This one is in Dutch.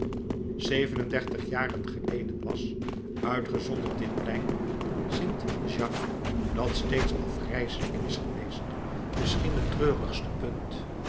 kracht handhaven zeven-en-dertig jaren geleden was uitgezonderd dit plein st jaques dat steeds afgrijselijk is geweest misschien het treurigste